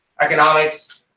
economics